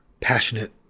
passionate